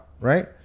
right